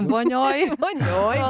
vonioj vonioj